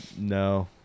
No